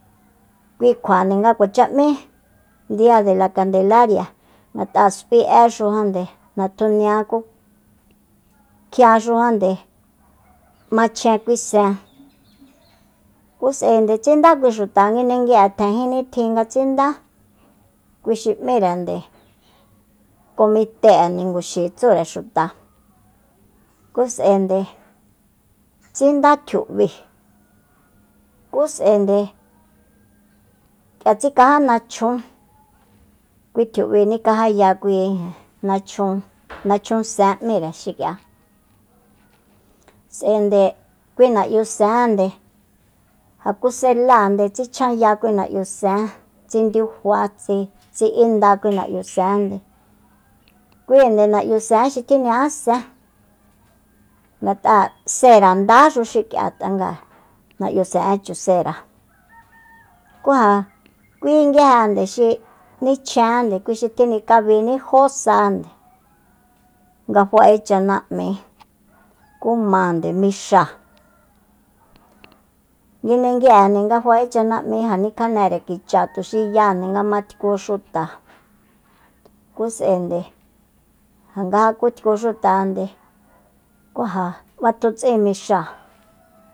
Ku kjuande kuacha m'í dia de la kandelaria ngat'a s'uiéxujande natjunia ku kjiaxujande machjen kui sen ku s'aende tsindá kui xuta nguindengui'e tjen jin nitjin nga tsindá kui xi m'írende comite'e ninguxi tsure xuta ku s'aende tsinda tjiu'bi ku s'aende k'ia tsikajá nachjun kui tjiu'bi nikajaya kui ijin nachjun nachjun sen m'íre xi'kia s'aende kui na'yusende jande ja kuseláande tsichanjaya kui na'yusen tsi diufa tsi- tsi inda kui na'yusende kuinde na'tusen xi tjiña'ásen ngat'a sera ndáxu xik'ia na'yuisen'e chusera ku ja kui nguijende xi nichjenjande kui xi tjinikabini kui jo sande nga fa'e chana'mi ku mande mixáa nguindengui'e nga fa'e chana'mi nikjanere kicha tuxi yande nga matku xuta ku s'aende nga ja kutku xutande ku ja batuts'in mixáa